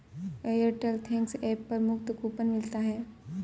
Airtel thanks app पर मुफ्त coupon मिलता है